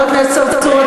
חבר הכנסת צרצור,